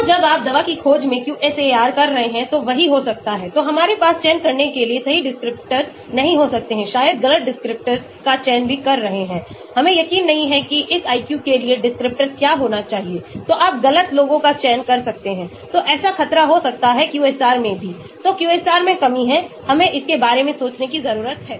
तो जब आप दवा की खोज में QSAR कर रहे हैं तो वही हो सकता है तो हमारे पास चयन करने के लिए सही descriptors नहीं हो सकते हैं शायद गलत descriptors का चयन भी कर रहे हैं हमें यकीन नहीं है कि इस IQ के लिए descriptor क्या होना चाहिएतो आप गलत लोगों का चयन कर सकते हैं तो ऐसा खतरा हो सकता है QSAR में भी तो QSAR में कमी है हमें इसके बारे में सोचने की जरूरत है